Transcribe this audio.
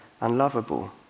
unlovable